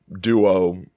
duo